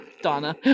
Donna